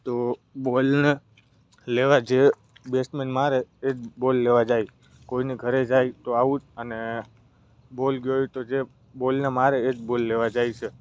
તો બોલને લેવા જે બેસ્ટમેન મારે એ જ બોલ લેવા જાય કોઈની ઘરે જાય તો આઉટ અને બોલ ગયો તો જે બોલને મારે એ જ બોલ લેવા જાય છે